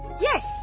Yes